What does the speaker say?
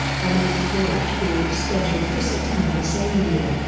her maiden voyage being scheduled for september the same year.